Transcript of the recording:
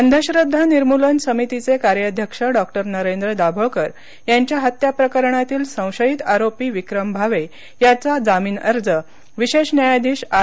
अंधश्रद्धा निर्मूलन समितीचे कार्याध्यक्ष डॉक्टर नरेंद्र दाभोलकर यांच्या हत्या प्रकरणातील संशयित आरोपी विक्रम भावे याचा जामीन अर्ज विशेष न्यायाधीश आर